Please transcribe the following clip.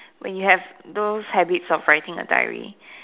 when you have those habits of writing a diary